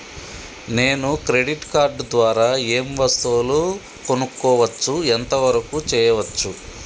నేను credit card ద్వారా ఏం వస్తువులు కొనుక్కోవచ్చు ఎంత వరకు చేయవచ్చు?